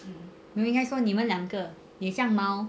你们应该说你们两个也像猫